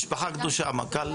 "המשפחה הקדושה", מנכ"ל.